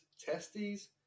testes